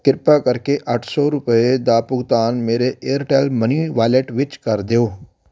ਕਿਰਪਾ ਕਰਕੇ ਅੱਠ ਸੌ ਰੁਪਏ ਦਾ ਭੁਗਤਾਨ ਮੇਰੇ ਏਅਰਟੈੱਲ ਮਨੀ ਵਾਲਟ ਵਿੱਚ ਕਰ ਦਿਓ